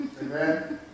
Amen